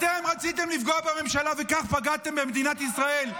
אתם רציתם לפגוע בממשלה, וכך פגעתם במדינת ישראל.